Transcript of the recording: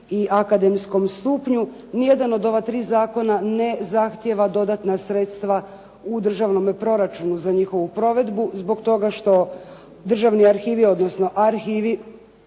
i akademskom stupnju, nijedan od ova tri zakona ne zahtijeva dodatna sredstva u državnom proračunu za njihovu provedbu zbog toga što državni arhivi odnosno arhivi,